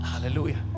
hallelujah